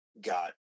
got